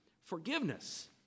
forgiveness